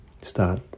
start